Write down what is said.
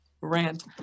rant